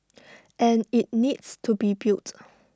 and IT needs to be built